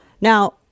Now